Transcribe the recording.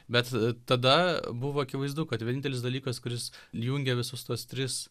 bet tada buvo akivaizdu kad vienintelis dalykas kuris jungia visus tuos tris